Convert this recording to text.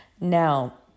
Now